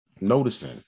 noticing